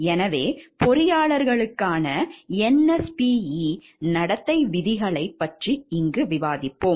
எனவே பொறியாளர்களுக்கான n NSPE நடத்தை விதிகளைப் பற்றி விவாதிப்போம்